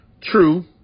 True